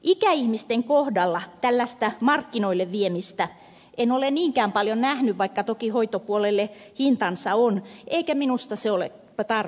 ikäihmisten kohdalla tällaista markkinoille viemistä en ole niinkään paljon nähnyt vaikka toki hoitopuolella hintansa on eikä minusta se ole tarpeenkaan